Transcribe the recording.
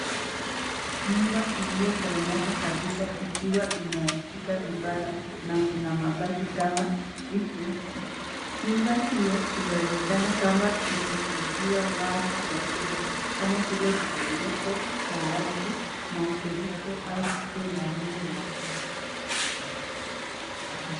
Nyumba iliyoporomoka kabisa ikiwa imeharibika vibaya na kuna mabaki kama kifusi. Nyumba hiyo inaonekana kama ilishuhudia maafa makubwa kama vile tetemeko la ardhi, mafuriko au tukio lengine la